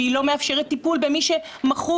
והיא לא מאפשרת טיפול במי שמכור,